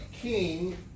king